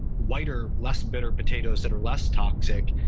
whiter, less bitter potatoes that are less toxic.